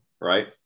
right